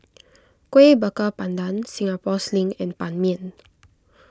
Kuih Bakar Pandan Singapore Sling and Ban Mian